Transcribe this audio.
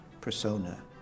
persona